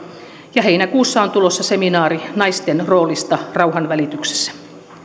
ja heinäkuussa on tulossa seminaari naisten roolista rauhanvälityksessä